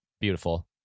Beautiful